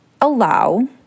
allow